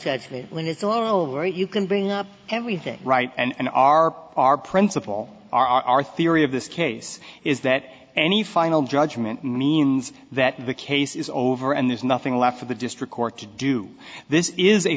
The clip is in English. judgement when it's all over you can bring up everything right and are our principle our theory of this case is that any final judgment means that the case is over and there's nothing left for the district court to do this is a